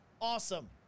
awesome